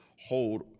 hold